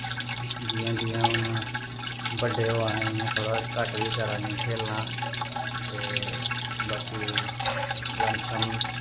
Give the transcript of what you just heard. जियां जियां हून बड्डे होआ ने जियां थोह्ड़ा घट्ट बी करा ने खेलना ते बाकी लमसम